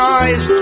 eyes